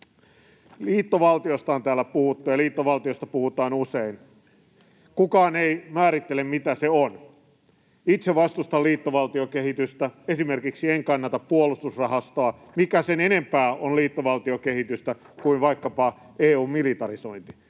Liittovaltiosta on täällä puhuttu, ja liittovaltiosta puhutaan usein. [Mari Rantanen: Ja sitä se on!] Kukaan ei määrittele, mitä se on. Itse vastustan liittovaltio-kehitystä, esimerkiksi en kannata puolustusrahastoa. Mikä sen enempää on liittovaltiokehitystä kuin vaikkapa EU:n militarisointi?